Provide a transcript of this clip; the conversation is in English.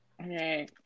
Okay